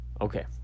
okay